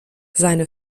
seine